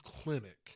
clinic